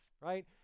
right